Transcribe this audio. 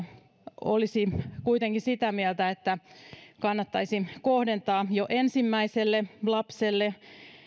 olisi kuitenkin sitä mieltä että kannattaisi kohdentaa jo ensimmäiselle lapselle